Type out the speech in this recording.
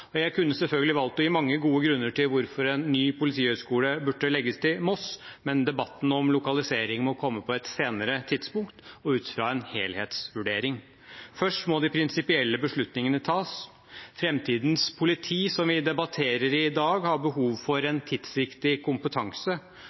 og jeg kunne selvfølgelig valgt å gi mange gode grunner til at en ny politihøgskole burde legges til Moss, men debatten om lokalisering må komme på et senere tidspunkt og ut fra en helhetsvurdering. Først må de prinsipielle beslutningene tas. Framtidens politi, som vi debatterer i dag, har behov for en tidsriktig kompetanse,